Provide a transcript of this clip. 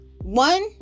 One